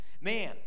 Man